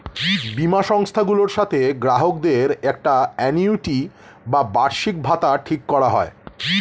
বীমা সংস্থাগুলোর সাথে গ্রাহকদের একটি আ্যানুইটি বা বার্ষিকভাতা ঠিক করা হয়